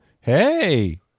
hey